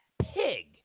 pig